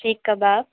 सीख कबाब